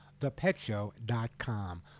ThePetShow.com